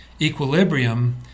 equilibrium